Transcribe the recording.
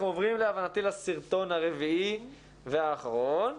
אנחנו עוברים להבנתי לסרטון הרביעי והאחרון.